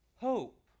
hope